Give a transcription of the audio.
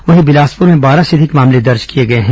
वहीं बिलासपुर में बारह से अधिक मामले दर्ज किए गए हैं